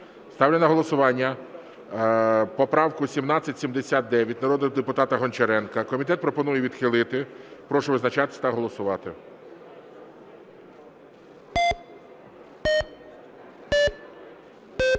Ставлю на голосування поправку 1779 народного депутата Гончаренка. Комітет пропонує відхилити. Прошу визначатися та голосувати.